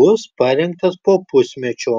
bus parengtas po pusmečio